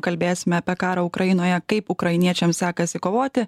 kalbėsime apie karą ukrainoje kaip ukrainiečiams sekasi kovoti